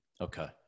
Okay